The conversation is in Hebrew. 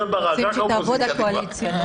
שהגעתם לכאן ותחלקו אתנו את האסון שקרה לכם.